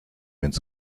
ins